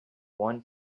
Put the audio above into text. one